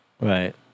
right